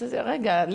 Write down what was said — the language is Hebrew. רגע,